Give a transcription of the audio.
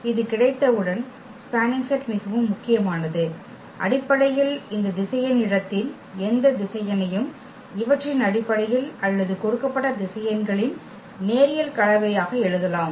இது கிடைத்தவுடன் spanning set மிகவும் முக்கியமானது அடிப்படையில் இந்த திசையன் இடத்தின் எந்த திசையனையும் இவற்றின் அடிப்படையில் அல்லது கொடுக்கப்பட்ட திசையன்களின் நேரியல் கலவையாக எழுதலாம்